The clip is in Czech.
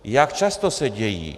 Jak často se dějí?